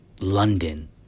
London